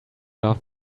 love